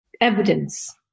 evidence